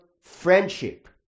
friendship